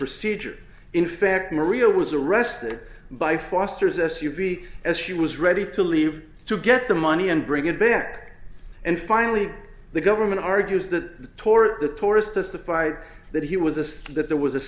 procedure in fact maria was arrested by foster's s u v as she was ready to leave to get the money and bring it back and finally the government argues that tore the tourist testified that he was this that there was a